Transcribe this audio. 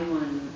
one